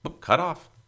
Cutoff